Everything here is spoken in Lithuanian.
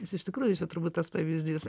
nes iš tikrųjų čia turbūt tas pavyzdys